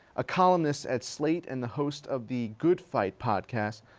a columnist at slate and the host of the good fight podcast,